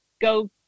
go